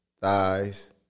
thighs